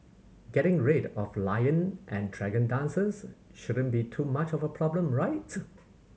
getting rid of lion and dragon dances shouldn't be too much of a problem right